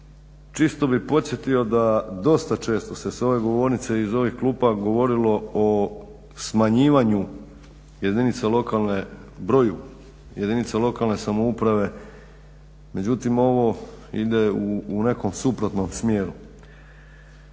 Čisto bih podsjetio da dosta često se sa ove govornice i iz ovih klupa govorilo o smanjivanju jedinica lokalne, broju jedinica lokalne samouprave. Međutim, ovo ide u nekom suprotnom smjeru.